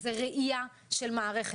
זו ראייה של מערכת.